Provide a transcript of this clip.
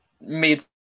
made